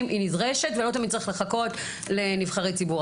היא נדרשת ולא תמיד צריך לחכות לנבחרי ציבור,